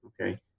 Okay